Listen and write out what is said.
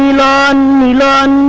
la la